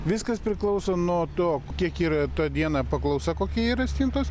viskas priklauso nuo to kiek yra tą dieną paklausa kokia yra stintos